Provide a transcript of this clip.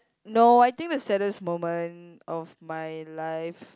no I think the saddest moment of my life